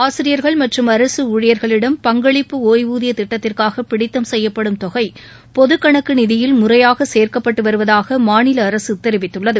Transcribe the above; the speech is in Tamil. ஆசிரியர்கள் மற்றும் அரசுஊழியர்களிடம் பங்களிப்பு ஒய்வூதியதிட்டத்திற்காகபிடித்தம் செய்யப்படும் தொகைபொதுகணக்குநிதியில் முறையாகசேர்க்கப்பட்டுவருவதாகமாநிலஅரசுதெரிவித்துள்ளது